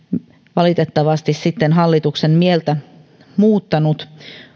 valitettavasti sitten hallituksen mieltä muuttanut